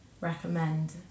recommend